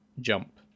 jump